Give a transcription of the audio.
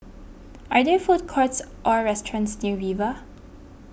are there food courts or restaurants near Viva